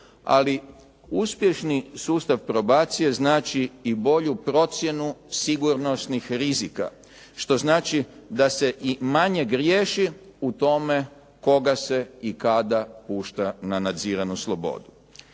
Ali uspješni sustav probacije znači i bolju procjenu sigurnosnih rizika što znači da se i manje griješi u tome koga se i kada pušta na nadziranu slobodu.